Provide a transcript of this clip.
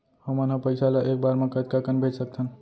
हमन ह पइसा ला एक बार मा कतका कन भेज सकथन?